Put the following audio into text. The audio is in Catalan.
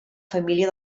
família